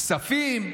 כספים.